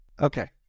Okay